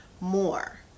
more